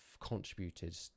contributed